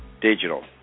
digital